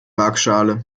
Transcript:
waagschale